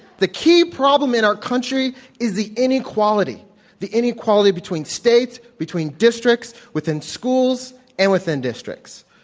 the key problem in our country is the inequality the inequality between states, between districts, within schools, and within districts.